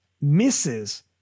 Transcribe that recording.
misses